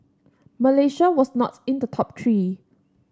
Malaysia was not in the top three